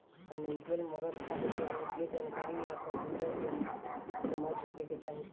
financial मदद खातिर गणितीय जानकारी आ कंप्यूटर के समझ होखे के चाही